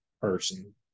person